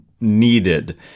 needed